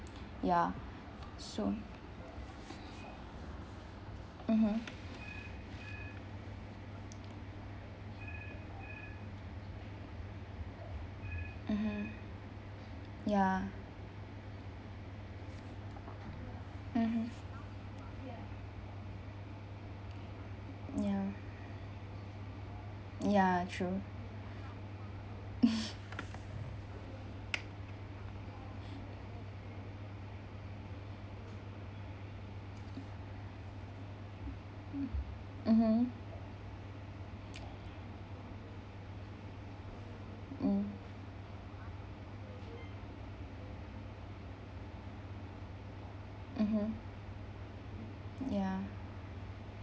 ya so mmhmm mmhmm ya mmhmm ya ya true mmhmm mm mmhmm ya